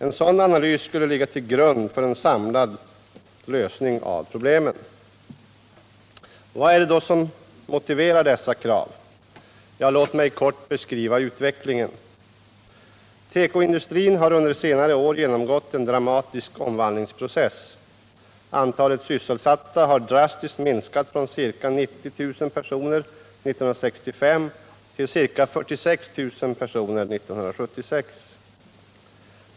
En sådan analys skulle ligga till grund för en samlad lösning av problemen. Vad är det då som motiverar dessa krav? Låt mig kort beskriva utvecklingen. Tekoindustrin har under senare år genomgått en dramatisk omvandlingsprocess. Antalet sysselsatta har drastiskt minskats från ca 90 000 personer 1965 till ca 46 000 personer 1976.